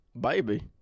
Baby